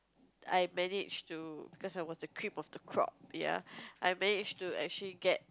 I managed to cause I was the cream of the crop ya I managed to actually get